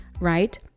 right